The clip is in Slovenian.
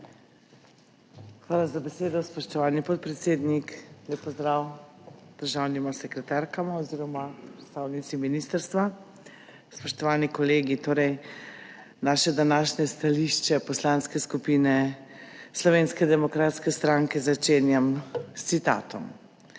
Hvala za besedo, spoštovani podpredsednik. Lep pozdrav državnima sekretarkama oziroma predstavnici ministrstva, spoštovani kolegi! Današnje stališče Poslanske skupine Slovenske demokratske stranke začenjam s citatom: